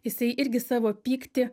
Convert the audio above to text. jisai irgi savo pyktį